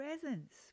presence